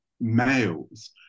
males